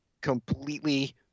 completely